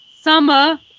summer